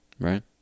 right